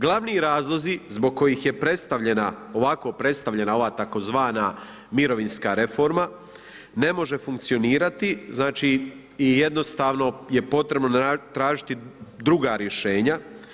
Glavni razlozi zbog kojih je predstavljena ovako predstavljena ova tzv. mirovinska reforma ne može funkcionirati znači i jednostavno je potrebno tražiti druga rješenja.